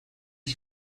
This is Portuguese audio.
que